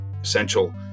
essential